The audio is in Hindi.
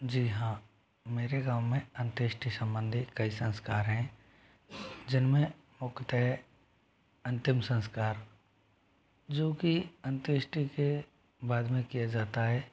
जी हाँ मेरे गाँव में अंत्येष्टि सम्बन्धी कई संस्कार हैं जिनमें मुख्यतः अंतिम संस्कार जो कि अंत्येष्टि के बाद में किया जाता है